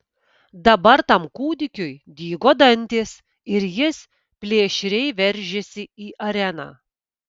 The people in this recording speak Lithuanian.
dabar tam kūdikiui dygo dantys ir jis plėšriai veržėsi į areną